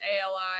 A-L-I